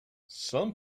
some